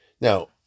Now